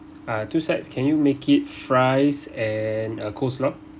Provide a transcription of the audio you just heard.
uh two sides can you make it fries and uh coleslaw